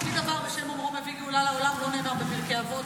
"המביא דבר בשם אומרו מביא גאולה לעולם" לא נאמר בפרקי אבות,